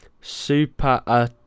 Super